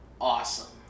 awesome